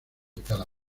cada